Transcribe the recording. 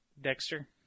Dexter